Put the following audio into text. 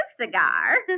cigar